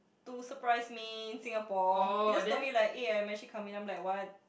to surprise me in Singapore he just told me like eh I'm actually coming then I'm like what